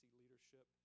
leadership